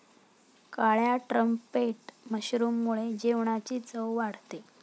काळ्या ट्रम्पेट मशरूममुळे जेवणाची चव वाढते